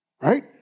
Right